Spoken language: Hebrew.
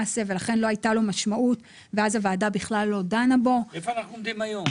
איפה אנחנו עומדים היום?